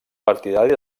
partidari